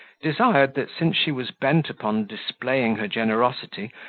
desired, that since she was bent upon displaying her generosity,